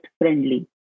friendly